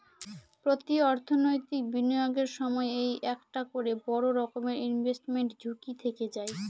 প্রতি অর্থনৈতিক বিনিয়োগের সময় এই একটা করে বড়ো রকমের ইনভেস্টমেন্ট ঝুঁকি থেকে যায়